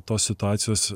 tos situacijos